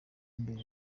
imbere